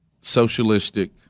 socialistic